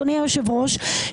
אדוני היושב-ראש,